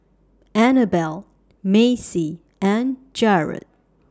Annabell Maci and Jerrod